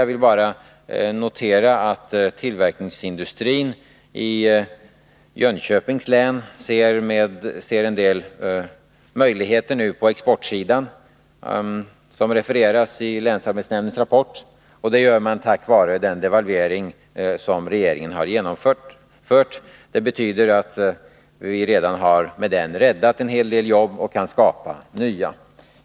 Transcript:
Jag vill bara Måndagen den notera att tillverkningsindustrin i Jönköpings län nu ser en del möjligheter på 15 februari 1982 exportsidan — som refereras i länsarbetsnämndens rapport — tack vare den devalvering som regeringen har genomfört. Det betyder att vi med den redan har räddat en hel del jobb och därmed kan skapa nya.